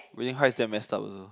Wuthering Heights damn messed up also